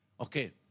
Okay